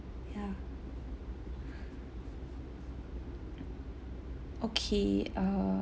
yeah okay err